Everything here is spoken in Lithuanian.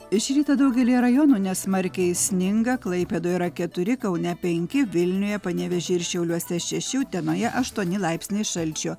iš ryto daugelyje rajonų nesmarkiai sninga klaipėdoj yra keturi kaune penki vilniuje panevėžy ir šiauliuose šeši utenoje aštuoni laipsniai šalčio